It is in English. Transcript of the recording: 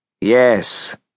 Yes